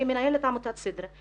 שהיא מנהלת עמותת סידרה,